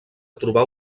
trobar